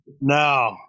No